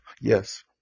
yes